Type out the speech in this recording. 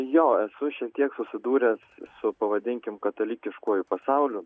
jo esu šiek tiek susidūręs su pavadinkim katalikiškuoju pasauliu